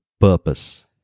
Purpose